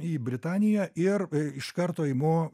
į britaniją ir iš karto imu